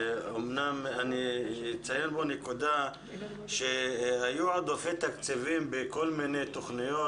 אמנם אני אציין כאן נקודה שהיו עודפים תקציבים בכל מיני תוכניות,